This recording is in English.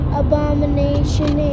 abomination